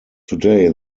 today